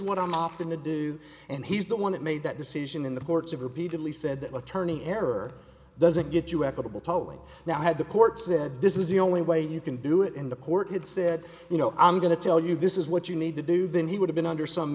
what i'm opting to do and he's the one that made that decision in the courts have repeatedly said that attorney error doesn't get you equitable toing now had the court said this is the only way you can do it in the court had said you know i'm going to tell you this is what you need to do then he would have been under some